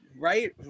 right